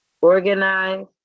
organize